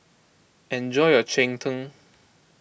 enjoy your Cheng Tng